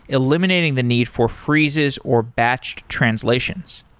eliminating the need for freezes or batched translations.